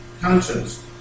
Conscience